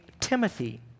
Timothy